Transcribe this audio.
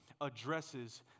addresses